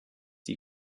die